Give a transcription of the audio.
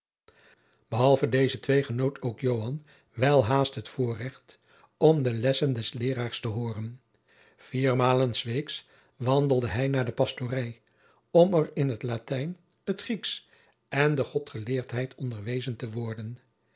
deze twee genoot ook joan welhaast het voorrecht om de lessen des leeraars te hooren viermalen s weeks wandelde hij naar de pastory om er in t latijn het grieksch en de godgeleerdheid onderwezen te worden